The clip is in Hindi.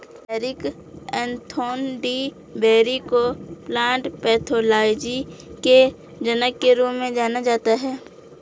हेनरिक एंटोन डी बेरी को प्लांट पैथोलॉजी के जनक के रूप में जाना जाता है